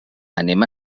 anem